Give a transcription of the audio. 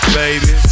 baby